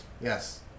Yes